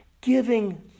Giving